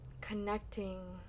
connecting